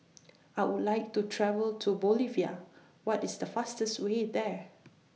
I Would like to travel to Bolivia What IS The fastest Way There